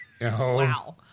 Wow